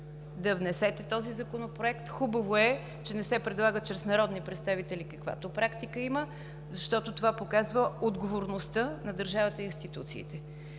да внесете този законопроект. Хубаво е, че не се предлага чрез народни представители, каквато практика има, защото това показва отговорността на държавата и институциите.